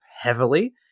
heavily